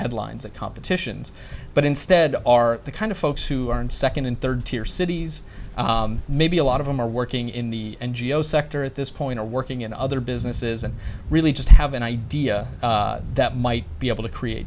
headlines at competitions but instead are the kind of folks who are in second and third tier cities maybe a lot of them are working in the ngo sector at this point are working in other businesses and really just have an idea that might be able to create